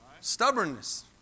Stubbornness